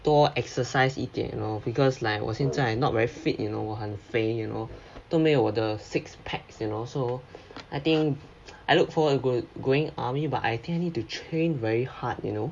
多 exercise 一点 loh because like 我现在 not very fit you know 我很肥 you know 都没有我的 six packs you know so I think I look forward going army but I think need to train very hard you know